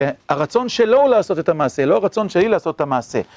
הרצון שלו הוא לעשות את המעשה, לא הרצון שלי לעשות את המעשה.